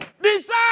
Decide